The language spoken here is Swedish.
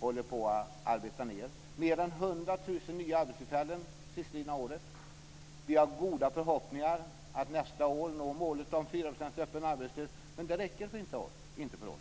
håller på att arbeta ned. Mer än 100 000 nya arbetstillfällen har tillkommit under det sistlidna året. Vi har goda förhoppningar om att nästa år nå målet att komma ned till 4 % öppen arbetslöshet men detta räcker inte för oss.